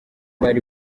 bari